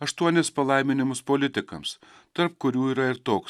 aštuonis palaiminimus politikams tarp kurių yra ir toks